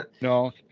No